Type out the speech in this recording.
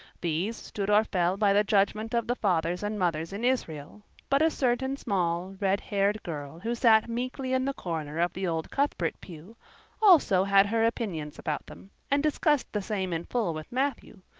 these stood or fell by the judgment of the fathers and mothers in israel but a certain small, red-haired girl who sat meekly in the corner of the old cuthbert pew also had her opinions about them and discussed the same in full with matthew,